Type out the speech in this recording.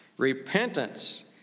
Repentance